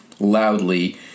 Loudly